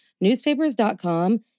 newspapers.com